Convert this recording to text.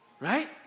right